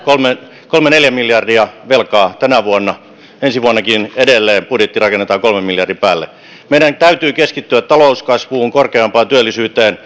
kolme viiva neljä miljardia velkaa tänä vuonna ensi vuonnakin edelleen budjetti rakennetaan kolmen miljardin päälle meidän täytyy keskittyä talouskasvuun korkeampaan työllisyyteen